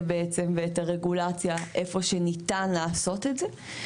בעצם ואת הרגולציה איפה שניתן לעשות את זה.